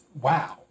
Wow